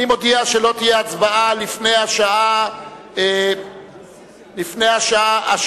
אני מודיע שלא תהיה הצבעה לפני השעה 18:50,